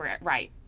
right